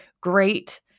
great